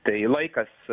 tai laikas